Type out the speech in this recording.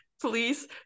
please